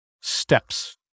steps